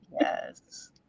Yes